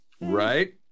Right